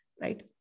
right